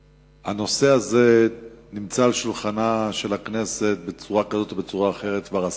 הנושא הזה נמצא על שולחנה של הכנסת בצורה כזאת או אחרת כבר עשור.